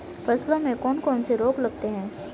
फसलों में कौन कौन से रोग लगते हैं?